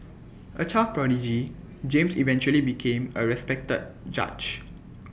A child prodigy James eventually became A respected judge